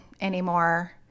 anymore